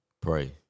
Pray